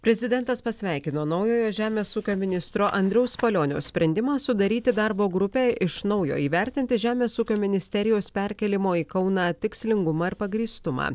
prezidentas pasveikino naujojo žemės ūkio ministro andriaus palionio sprendimą sudaryti darbo grupę iš naujo įvertinti žemės ūkio ministerijos perkėlimo į kauną tikslingumą ir pagrįstumą